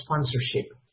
sponsorship